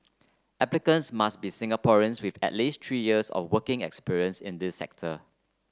applicants must be Singaporeans with at least three years of working experience in the sector